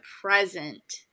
present